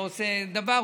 לא עושה דבר,